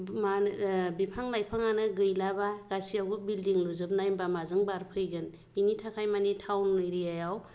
बिफां लाइफाङानो गैलाबा गासैआवबो बिल्डिं लुजोबनाय होमब्ला माजों बार फैगोन बिनि थाखाय माने टाउन एरियायाव